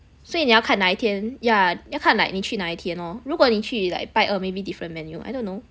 所以你要看哪一天 yeah 要看来 like 你去哪一天 lor 如果你去 like 拜二 maybe different menu I don't know